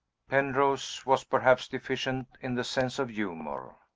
penrose was perhaps deficient in the sense of humor.